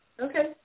Okay